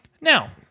Now